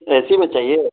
اے C میں چاہیے